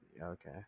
Okay